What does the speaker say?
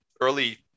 early